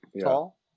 tall